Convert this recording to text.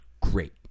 great